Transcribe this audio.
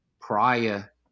prior